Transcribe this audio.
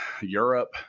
Europe